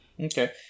Okay